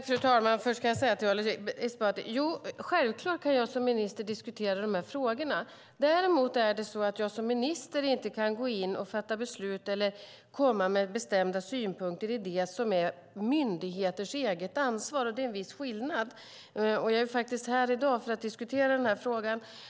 Fru talman! Först ska jag säga till Ali Esbati att det är självklart att jag som minister kan diskutera de här frågorna. Däremot kan jag inte som minister gå in och fatta beslut eller komma med bestämda synpunkter när det gäller det som är myndigheters eget ansvar. Det är en viss skillnad, men jag är faktiskt här i dag för att diskutera den här frågan.